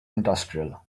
industrial